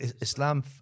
Islam